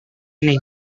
ini